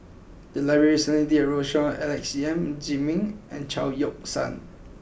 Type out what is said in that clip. the library recently did a roadshow on Alex Yam Ziming and Chao Yoke San